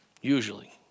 usually